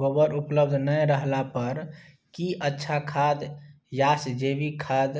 गोबर उपलब्ध नय रहला पर की अच्छा खाद याषजैविक खाद